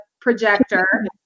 projector